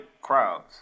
crowds